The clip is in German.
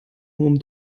hohem